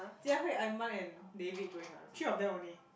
Jie-Hui Imran and David going what three of them only